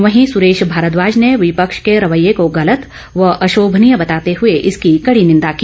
वहीं सुरेश भारद्वाज ने विपक्ष के रवैये को गलत व अशोभनीय बताते हए इसकी कड़ी निंदा की